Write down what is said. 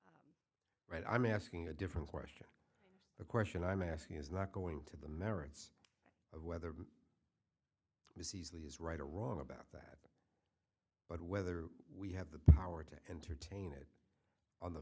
write right i'm asking a different question a question i'm asking is not going to the merits of whether it was easily is right or wrong about that but whether we have the power to entertain it on the